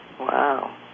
Wow